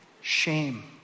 Shame